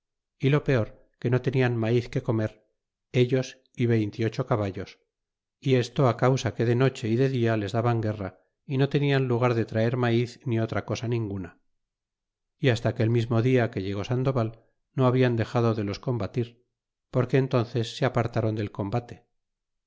y lo peor que no tenian maiz que comer ellos y veinte y ocho caballos y esto causa que de noche y de dia les daban guerra y no tenian lugar de traer maiz ni otra cosa ninguna é hasta aquel mismo dia que llegó sandoval no hablan dexado de los combatir porque entón ces se apartron del combate